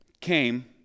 came